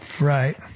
right